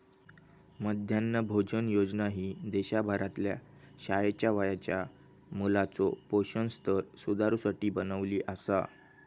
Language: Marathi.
मध्यान्ह भोजन योजना ही देशभरातल्या शाळेच्या वयाच्या मुलाचो पोषण स्तर सुधारुसाठी बनवली आसा